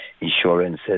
insurances